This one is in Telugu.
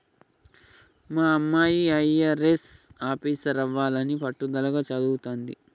మా అమ్మాయి అయ్యారెస్ ఆఫీసరవ్వాలని పట్టుదలగా చదవతాంది